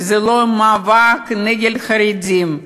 וזה לא מאבק נגד חרדים,